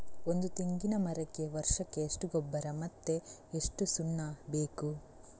ಒಂದು ತೆಂಗಿನ ಮರಕ್ಕೆ ವರ್ಷಕ್ಕೆ ಎಷ್ಟು ಗೊಬ್ಬರ ಮತ್ತೆ ಎಷ್ಟು ಸುಣ್ಣ ಬೇಕು?